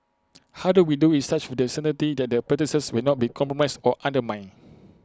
how do we do IT such with the certainty that the practices will not be compromised or undermined